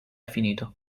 finito